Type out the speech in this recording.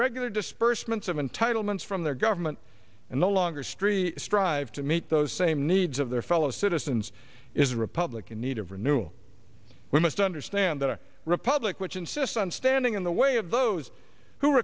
regular disbursements of entitlements from their government and the longer street strive to meet those same needs of their fellow citizens is a republican need of renewal we must understand the republic which insists on standing in the way of those who re